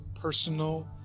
personal